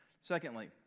Secondly